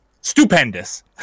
stupendous